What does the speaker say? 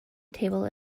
table